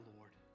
Lord